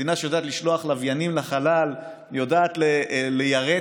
מדינה שיודעת לשלוח לוויינים לחלל, יודעת ליירט